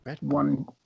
one